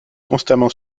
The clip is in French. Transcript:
constamment